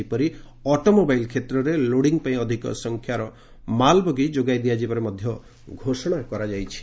ସେହିପରି ଅଟୋମୋବାଇଲ୍ କ୍ଷେତ୍ରର ଲୋଡ଼ିଂ ପାଇଁ ଅଧିକ ସଂଖ୍ୟାର ମାଲ୍ ବଗି ଯୋଗାଇ ଦିଆଯିବାର ମଧ୍ୟ ଘୋଷଣା କରାଯାଇଛି